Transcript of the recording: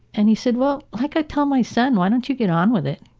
and he said, well, like i tell my son, why don't you get on with it?